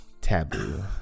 taboo